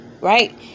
Right